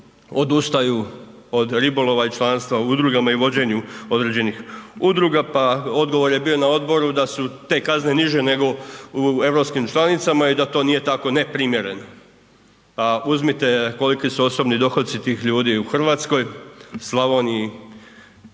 odustaju od ribolova i članstva u udrugama i vođenju određenih udruga, pa odgovor je bio na odboru da su te kazne niže nego u EU članicama i da to nije tako neprimjereno. Pa uzmite koliki su osobni dohodci tih ljudi u Hrvatskoj, Slavoniji,